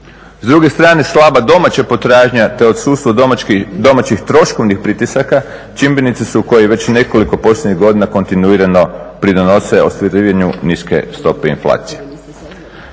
S druge strane slaba domaća potražnja te odsustvo domaćih troškovnih pritisaka čimbenici su koji već nekoliko posljednjih godina kontinuirano pridonose ostvarivanju niske stope inflacije.